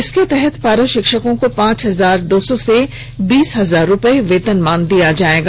इसके तहत पारा शिक्षकों को पांच हजार दो सौ से बीस हजार रूपये वेतनमान दिया जाएगा